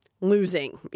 losing